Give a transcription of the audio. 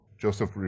Joseph